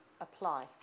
apply